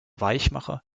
weichmacher